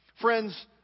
Friends